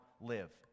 live